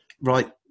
right